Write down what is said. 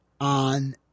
on